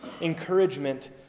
encouragement